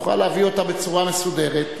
תוכל להביא אותן בצורה מסודרת.